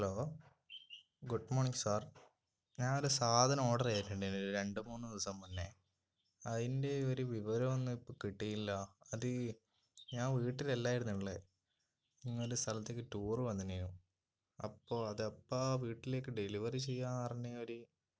hello good morning sir ഞാൻ ഒരു സാധനം ഓർഡർ ചെയ്തിട്ടുണ്ട് രണ്ട് മൂന്ന് ദിവസം മുന്നെ അതിൻ്റെ ഒരു വിവരം ഒന്നും ഇപ്പം കിട്ടിയില്ല അത് ഞാൻ വീട്ടിൽ അല്ലായിരുന്നുല്ലേ ഇങ്ങൊരു സ്ഥലത്തേക്ക് ടൂറ് വന്നേനു അപ്പോൾ അതപ്പം വീട്ടിലേക്ക് ഡെലിവറി ചെയ്യാമെന്ന് പറഞ്ഞിട്ടുണ്ടെങ്കിൽ ഒരു